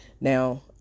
Now